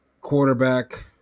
quarterback